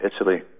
Italy